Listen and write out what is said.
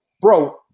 Bro